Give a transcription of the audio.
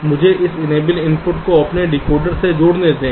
तो मुझे इस इनेबल इनपुट को अपने डिकोडर में जोड़ने दें